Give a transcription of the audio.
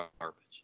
garbage